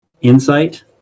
Insight